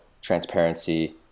transparency